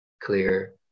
clear